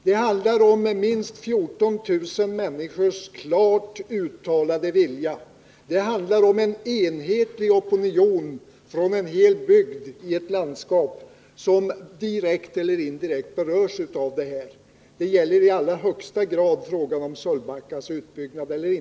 Det handlar om minst 14 000 människors klart uttalade vilja, om en enhetlig opinion i en hel bygd i ett landskap som direkt eller indirekt berörs av saken. Det gäller i allra högsta grad frågan om Sölvbackaströmmarnas utbyggnad eller ej.